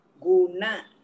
Guna